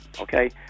okay